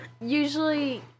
usually